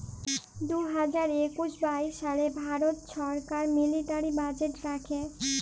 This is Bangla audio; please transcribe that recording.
দু হাজার একুশ বাইশ সালে ভারত ছরকার মিলিটারি বাজেট রাখে